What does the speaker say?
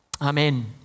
Amen